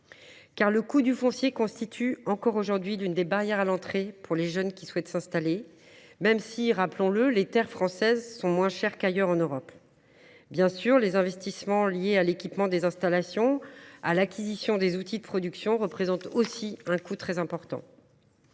le coût du foncier constitue, encore aujourd’hui, l’une des barrières à l’entrée pour les jeunes qui souhaitent s’installer, même si, rappelons le, les terres françaises sont moins chères qu’ailleurs en Europe. Bien sûr, les investissements liés à l’équipement des installations et à l’acquisition des outils de production représentent aussi un coût très important.